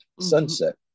sunset